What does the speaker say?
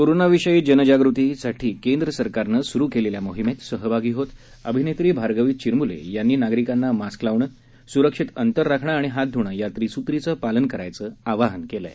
कोरोनाविषयी जागृतीसाठी केंद्र सरकारनं सुरु केलेल्या मोहीमेत सहभागी होत अभिनेत्री भार्गवी चिरमुले यांनी नागरिकांना मास्क लावणं सुरक्षित अंतर राखण आणि हात ध्रणं या त्रिसूत्रीचं पालन करण्याचं आवाहन केलंय